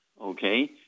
okay